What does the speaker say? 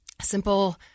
simple